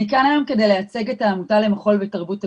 אני כאן היום כדי לייצג את העמותה למחול ותרבות הגוף.